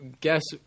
guess